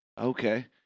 Okay